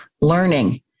learning